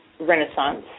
Renaissance